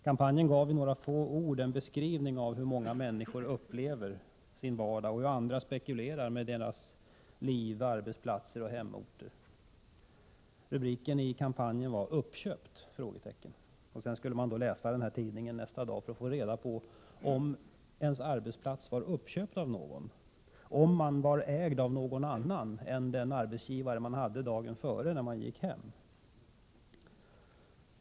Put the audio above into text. Kampanjen gav i några få ord en beskrivning av hur många människor upplever sin vardag och hur andra spekulerar med deras liv, arbetsplatser och hemorter. Rubriken i kampanjen var: Uppköpt? Sedan skulle man då läsa den här tidningen nästa dag för att få reda på om ens arbetsplats var uppköpt av någon, om man var ägd av någon annan än den arbetsgivare man hade dagen före när man gick hem.